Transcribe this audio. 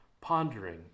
pondering